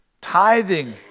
tithing